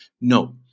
No